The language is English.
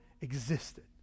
existed